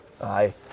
Aye